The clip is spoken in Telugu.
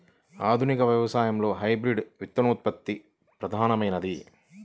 ఆధునిక వ్యవసాయంలో హైబ్రిడ్ విత్తనోత్పత్తి ప్రధానమైనది